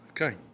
Okay